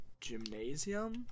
Gymnasium